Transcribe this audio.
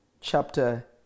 chapter